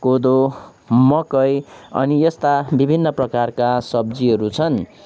कोदो मकै अनि यस्ता विभिन्न प्रकारका सब्जीहरू छन्